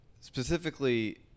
specifically